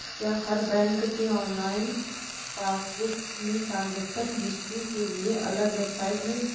क्या हर बैंक के ऑनलाइन पासबुक में ट्रांजेक्शन हिस्ट्री के लिए अलग वेबसाइट है?